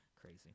crazy